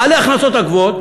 בעלי ההכנסות הגבוהות,